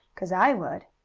cause i would.